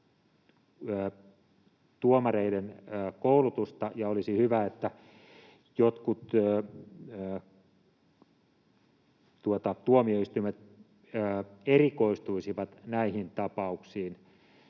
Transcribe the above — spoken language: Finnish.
tuomareiden koulutus, ja olisi hyvä, että jotkut tuomioistuimet erikoistuisivat näihin tapauksiin.